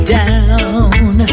down